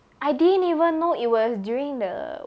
I didn't even know it was during the